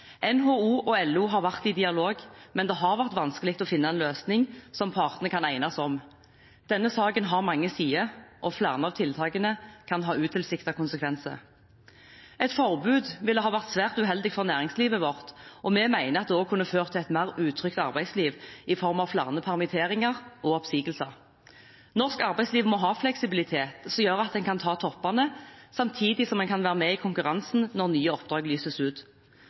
NHO og LO har også vært i dialog, men det har vært vanskelig å finne en løsning som partene kan enes om. Denne saken har mange sider, og flere av tiltakene kan ha utilsiktede konsekvenser. Et forbud ville ha vært svært uheldig for næringslivet vårt, og vi mener at det også kunne ha ført til et mer utrygt arbeidsliv i form av flere permitteringer og oppsigelser. Norsk arbeidsliv må ha en fleksibilitet som gjør at en kan ta toppene, samtidig som en kan være med i konkurransen når nye oppdrag lyses ut.